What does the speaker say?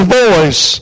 voice